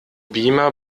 beamer